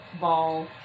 ball